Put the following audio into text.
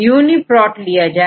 यदिUniProtलिया जाए